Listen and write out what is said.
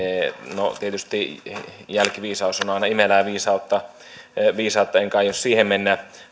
no tietysti jälkiviisaus on on aina imelää viisautta viisautta enkä aio siihen mennä